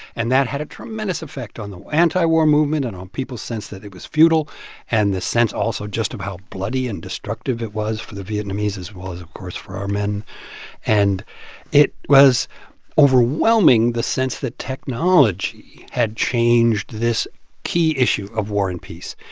and that had a tremendous effect on the antiwar movement and on people's sense that it was futile and this sense also just of how bloody and destructive it was for the vietnamese, as well as, of course, for our men and it was overwhelming the sense that technology had changed this key issue of war and peace.